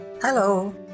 Hello